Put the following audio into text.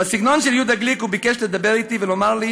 בסגנון של יהודה גליק, הוא ביקש לדבר אתי ולומר לי